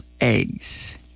eggs